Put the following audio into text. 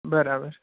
બરાબર